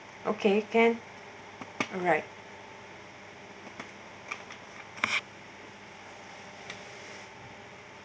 okay can alright